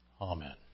Amen